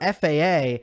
FAA